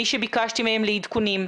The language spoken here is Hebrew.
מי שביקשתי מהם לעדכונים,